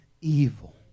evil